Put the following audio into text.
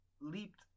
leaped